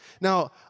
Now